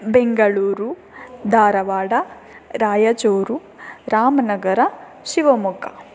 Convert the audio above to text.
Bengaluru Dharwad Raichur Ramanagara Shivamogga